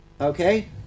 okay